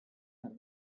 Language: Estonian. nad